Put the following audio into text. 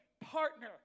partner